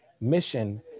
mission